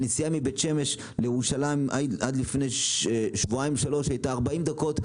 שנסיעה מבית שמש לירושלים עד לפני שבועיים-שלושה הייתה 40 דקות,